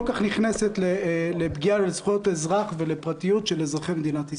כך נכנסת לפגיעה בזכויות אזרח ולפרטיות של אזרחי מדינת ישראל.